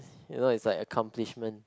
you know it's like accomplishment